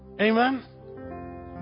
Amen